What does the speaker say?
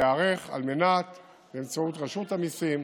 להיערך באמצעות רשות המיסים,